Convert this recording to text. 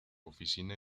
oficina